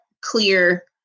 clear